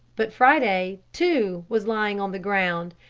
but friday, too, was lying on the ground.